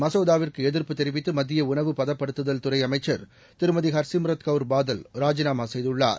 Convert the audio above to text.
மசோதாவிற்குஎதிர்ப்பு தெரிவித்துமத்தியஉணவு பதப்படுத்துதல் துறைஅமைச்சர் திருமதி ஹர்சிம் ரத் கௌர் பாதல் ராஜினாமாசெய்துள்ளார்